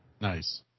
Nice